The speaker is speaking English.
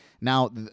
Now